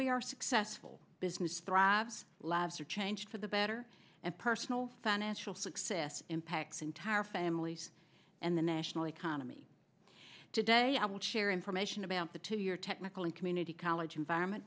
we are successful business thrive lives are changed for the better and personal financial success impacts entire families and the national economy today i will share information about the two year technically community college environment